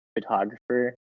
photographer